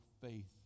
faith